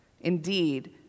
Indeed